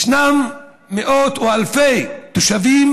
ישנם מאות או אלפי תושבים